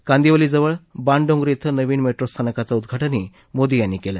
कांदिवलीजवळ बाणडोंगरी क्वें नवीन मेट्रो स्थानकाचं उद्वाटनही मोदी यांनी केलं